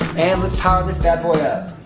and let's power this bad boy up.